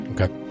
Okay